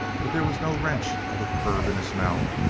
but there was no wrench of a curb in his mouth,